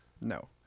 No